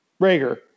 Rager